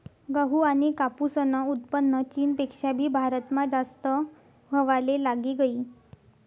गहू आनी कापूसनं उत्पन्न चीनपेक्षा भी भारतमा जास्त व्हवाले लागी गयी